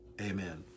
Amen